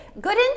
good